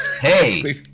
Hey